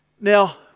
Now